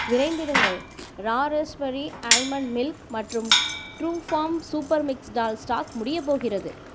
விரைந்திடுங்கள் raspberry almond milk மற்றும் Truefarm super mix dal stock முடியப் போகிறது